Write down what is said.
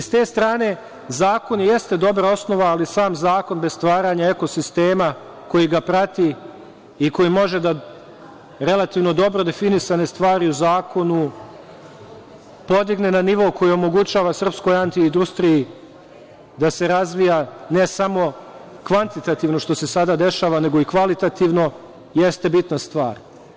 S te strane, zakon i jeste dobra osnova, ali sam zakon bez stvaranja ekosistema koji ga prati i koji može da relativno dobro definisane stvari u zakonu podigne na nivo koji omogućava srpskoj IT industriji da se razvija, ne samo kvantitativno, što se sada dešava, nego i kvalitativno, jeste bitna stvar.